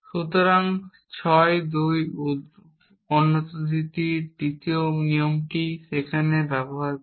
সুতরাং 6 2 অন্তর্নিহিততার দ্বিতীয় নিয়মটি সেখানে ব্যবহার করে